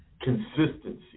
consistency